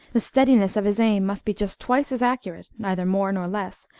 the steadiness of his aim must be just twice as accurate, neither more nor less,